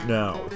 now